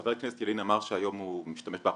חבר הכנסת ילין אמר שהיום הוא משתמש באפליקציה.